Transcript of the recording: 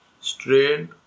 strained